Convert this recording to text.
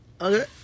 Okay